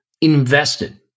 invested